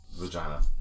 vagina